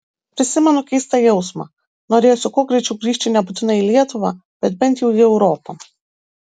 prisimenu keistą jausmą norėjosi kuo greičiau grįžti nebūtinai į lietuvą bet bent jau į europą